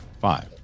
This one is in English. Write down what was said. Five